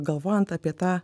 galvojant apie tą